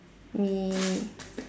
me